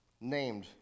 named